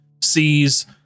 sees